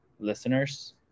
Listeners